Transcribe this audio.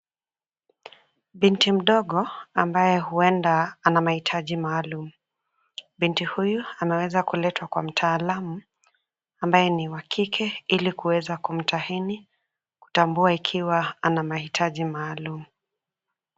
Binti mdogo ambaye huenda ana mahitaji maalumu. Binti huyu anaweza kuletwa kwa mtaalamu ambaye niwa kike ili kuweza kumtahini kutambua ikiwa ana mahitaji maalumu.